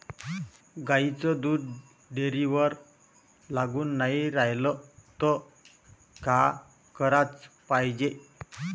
गाईचं दूध डेअरीवर लागून नाई रायलं त का कराच पायजे?